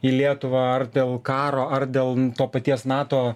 į lietuvą ar dėl karo ar dėl to paties nato